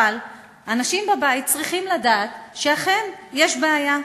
אבל אנשים בבית צריכים לדעת שאכן יש בעיה.